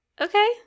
Okay